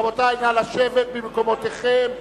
רבותי, נא לשבת במקומותיכם.